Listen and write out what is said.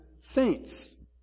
saints